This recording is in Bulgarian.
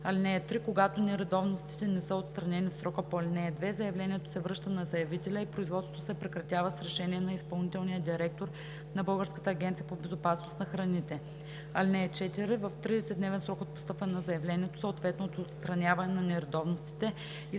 им. (3) Когато нередовностите не са отстранени в срока по ал. 2, заявлението се връща на заявителя и производството се прекратява с решение на изпълнителния директор на Българската агенция по безопасност на храните. (4) В 30-дневен срок от постъпване на заявлението, съответно от отстраняване на нередовностите,